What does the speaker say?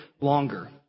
longer